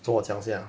so 我讲现 ah